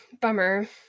Bummer